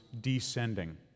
descending